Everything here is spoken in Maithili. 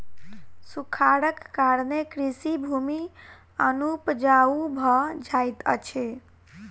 सूखाड़क कारणेँ कृषि भूमि अनुपजाऊ भ जाइत अछि